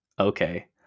Okay